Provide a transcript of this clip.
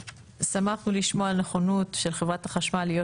שמחנו לשמוע נכונות של חברת החשמל להיות